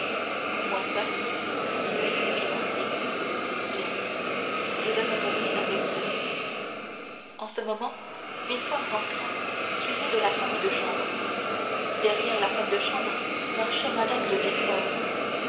à moi seul oui fit noirtier bien je demeurerai avec vous en ce moment villefort rentra suivi de la femme de chambre derrière la femme de chambre marchait mme de